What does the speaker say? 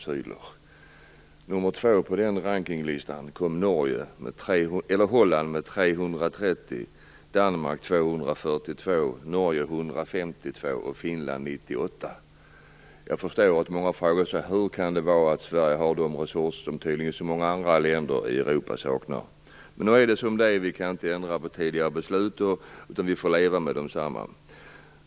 Som nummer två på rankinglistan kom Holland med 330 beviljade asyler. Danmark beviljade 242, Norge 152 och Finland 98 asyler. Jag har förståelse för att många frågar sig hur Sverige kan ha de resurser som tydligen så många andra länder i Europa saknar. Men nu är det som det är. Vi kan inte ändra på tidigare beslut, utan vi får leva med desamma.